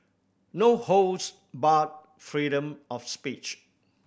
no holds barred freedom of speech